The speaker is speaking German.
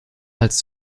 als